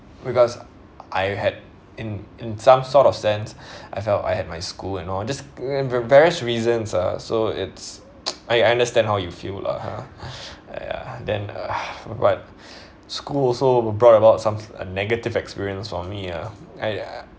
because I had in in some sort of sense I felt I had my school and all just re~ various reasons ah so it's I I understand how you feel lah ha uh ya then uh what school also brought about some~ a negative experience for me uh I uh